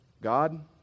God